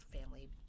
family